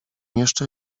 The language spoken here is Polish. jeszcze